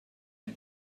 him